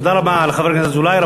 תודה רבה לחבר הכנסת אזולאי.